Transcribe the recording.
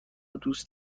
دوست